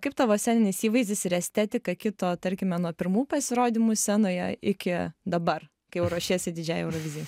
kaip tavo sceninis įvaizdis ir estetika kito tarkime nuo pirmų pasirodymų scenoje iki dabar kai jau ruošiesi didžiajai eurovizijai